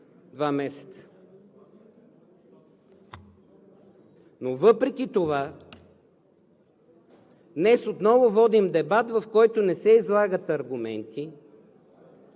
два месеца! Но въпреки това, днес отново водим дебат, в който не се излагат аргументи,